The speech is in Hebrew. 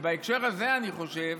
ובהקשר, אני חושב,